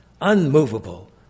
unmovable